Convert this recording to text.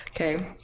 Okay